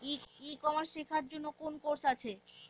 ই commerce শেক্ষার জন্য কোন কোর্স আছে?